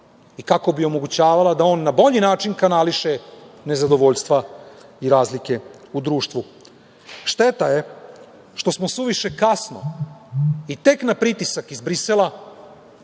i kako bi omogućavala da on na bolji način kanališe nezadovoljstva i razlike u društvu. Šteta je što smo suviše kasno i tek na pritisak iz Brisela